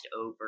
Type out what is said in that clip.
over